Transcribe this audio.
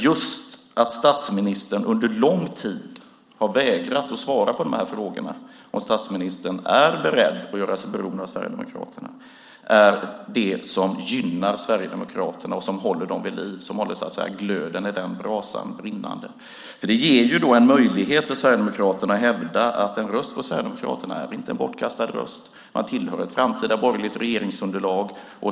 Just att statsministern under lång tid har vägrat att svara på frågor om statsministern är beredd att göra sig beroende av Sverigedemokraterna är det som gynnar Sverigedemokraterna, som håller dem vid liv, som håller glöden i brasan brinnande. Det ger nämligen en möjlighet för Sverigedemokraterna att hävda att en röst på Sverigedemokraterna inte är en bortkastad röst, att man tillhör ett framtida borgerligt regeringsunderlag.